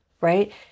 right